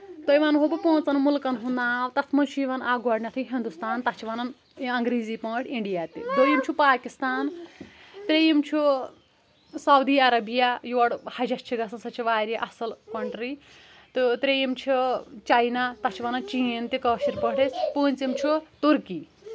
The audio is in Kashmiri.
تۄہہِ وَنہو بہٕ پانٛژن مُلکن ہُنٛد ناو تَتھ منٛز چھُ یِوان اکھ گۄڈٕنیٚتھٕے ہنٛدُستان تَتھ چھِ وَنن اَنٛگریٖزی پٲٹھۍ اِنٛڈیا تہِ دویِم چھُ پاکِستان ترٛیٚیم چھُ سعودی عربیہ یور حجس چھِ گژھان سۄ چھےٚ واریاہ اَصٕل کنٹری تہٕ تریٚیِم چھُ چاینا تَتھ چھِ وَنان چیٖن تہٕ کٲشِر پٲٹھۍ أسۍ پوٗژِم چھُ تُرکی